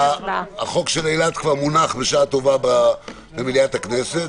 החוק של אילת כבר מונח במליאת הכנסת,